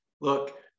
look